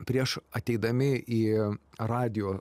prieš ateidami į radijo